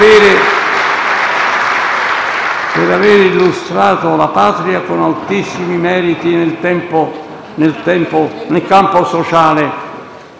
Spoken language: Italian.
per avere illustrato la Patria con altissimi meriti nel campo sociale.